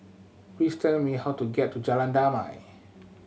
please tell me how to get to Jalan Damai